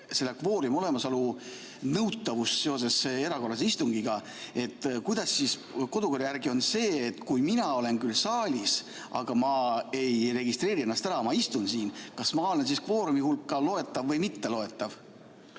kvoorumi olemasolu nõutavust seoses erakorralise istungiga, siis kuidas see kodukorra järgi on – kui mina olen küll saalis, aga ma ei registreeri ennast ära, kuigi ma istun siin, kas ma olen siis kvoorumi hulka loetav või mitteloetav?